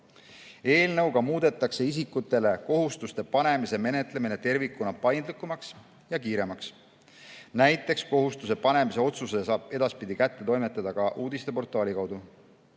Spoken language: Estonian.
ajal. Eelnõuga muudetakse isikutele kohustuste panemise menetlemine tervikuna paindlikumaks ja kiiremaks. Näiteks kohustuste panemise otsuse saab edaspidi kätte toimetada ka uudiste portaali kaudu.